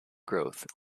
growth